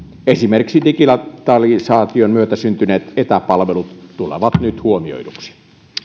esimerkiksi digitalisaation myötä syntyneet etäpalvelut tulevat nyt huomioiduiksi